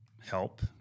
help